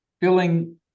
filling